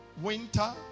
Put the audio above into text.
winter